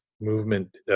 movement